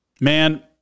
Man